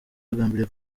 bagambiriye